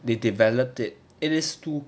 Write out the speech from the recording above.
they developed it it is to